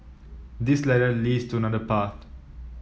this ladder leads to another path